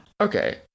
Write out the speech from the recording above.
Okay